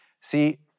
See